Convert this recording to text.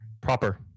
Proper